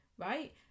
right